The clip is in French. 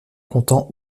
content